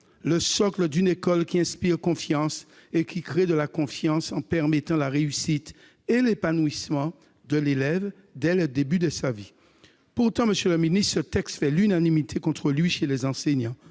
le socle d'une école qui inspire confiance et qui crée de la confiance en permettant la réussite et l'épanouissement de l'élève dès le début de sa vie ». Pourtant, monsieur le ministre, ce texte fait l'unanimité contre lui, chez les enseignants